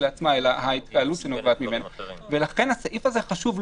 כל המעונות הרב-תכליתיים הם כאלה.